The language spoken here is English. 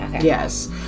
yes